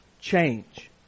change